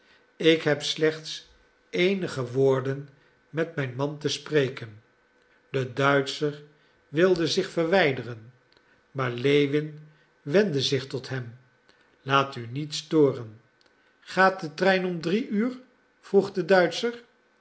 ik heb slechts eenige woorden met mijn man te spreken de duitscher wilde zich verwijderen maar lewin wendde zich tot hem laat u niet storen gaat de trein om drie uur vroeg de duitscher